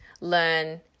learn